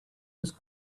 was